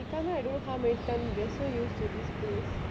you come here I don't know how many times you are so used to this place